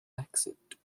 accent